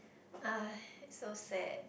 !ah! so sad